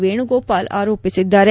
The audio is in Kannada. ವೇಣುಗೋಪಾಲ್ ಆರೋಪಿಸಿದ್ದಾರೆ